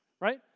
right